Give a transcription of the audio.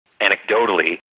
anecdotally